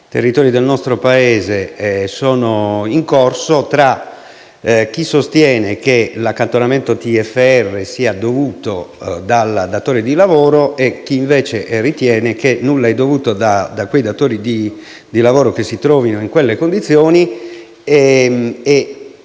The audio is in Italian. territori del nostro Paese sono in corso tra chi sostiene che l'accantonamento del TFR sia dovuto dal datore di lavoro e chi invece ritiene che nulla sia dovuto dai datori di lavoro che si trovino in quelle condizioni.